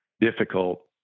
difficult